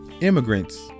immigrants